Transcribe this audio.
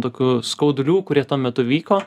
tokių skaudulių kurie tuo metu vyko